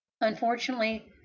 Unfortunately